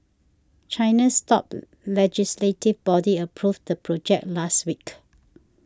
China's top legislative body approved the project last week